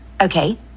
Okay